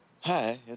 Hi